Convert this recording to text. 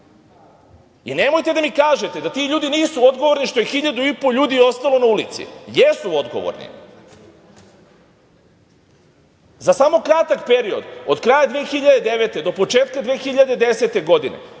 Nemojte da mi kažete da ti ljudi nisu odgovorni što je 1.500 ljudi ostalo na ulici. Jesu odgovorni. Za samo kratak period od kraja 2009. do početka 2010. godine